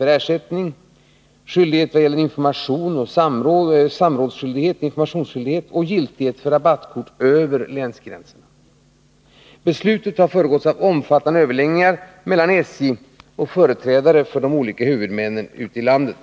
ersättningsprinciper, informationsoch samrådsskyldighet samt giltighet för rabattkort över länsgränser. Beslutet har föregåtts av omfattande överläggningar med SJ och företrädare för huvudmännen ute i landet.